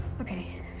Okay